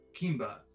Kimba